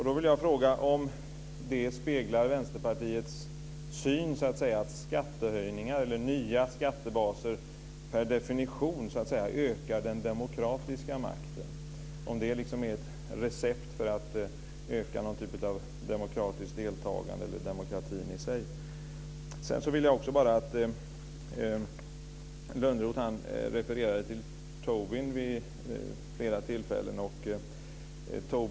Då vill jag fråga om det speglar Vänsterpartiets syn att nya skattebaser per definition ökar den demokratiska makten, om det är ett recept för att öka någon typ av demokratiskt deltagande eller demokratin i sig. Lönnroth refererade till Tobin vid flera tillfällen.